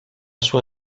sua